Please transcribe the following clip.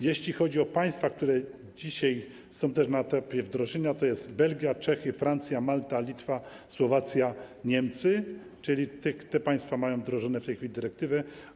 Jeśli chodzi o państwa, które dzisiaj są też na etapie wdrożenia, to są Belgia, Czechy, Francja, Malta, Litwa, Słowacja i Niemcy, czyli te państwa mają wdrożoną w tej chwili dyrektywę.